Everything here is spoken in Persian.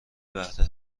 بهره